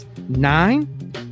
nine